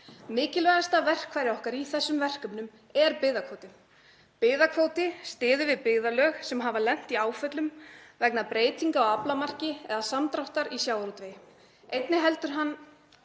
Mikilvægasta verkfæri okkar í þessum verkefnum er byggðakvótinn. Byggðakvóti styður við byggðarlög sem hafa lent í áföllum vegna breytinga á aflamarki eða samdráttar í sjávarútvegi. Einnig heldur hann